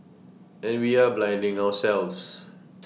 and we are blinding ourselves